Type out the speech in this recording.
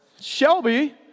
Shelby